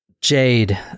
Jade